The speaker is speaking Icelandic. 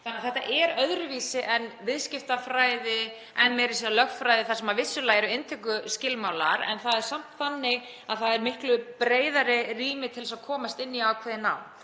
þar. Þetta er öðruvísi en viðskiptafræði eða meira að segja lögfræði, þar sem vissulega eru inntökuskilmálar, en það er samt þannig að það er miklu breiðara rými til að komast inn í ákveðið nám.